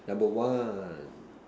number one